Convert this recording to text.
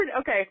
Okay